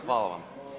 Hvala vam.